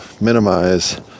minimize